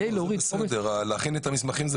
להכין את המסמכים,